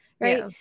Right